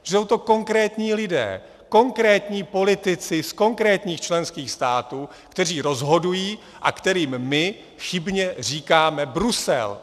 Jsou to konkrétní lidé, konkrétní politici z konkrétních členských států, kteří rozhodují a kterým my chybně říkáme Brusel.